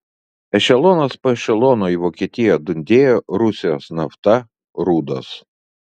ešelonas po ešelono į vokietiją dundėjo rusijos nafta rūdos